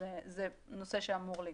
זה נושא שאמור להיפתר.